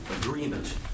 agreement